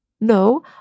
no